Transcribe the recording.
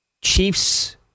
Chiefs